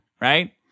right